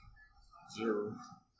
Zero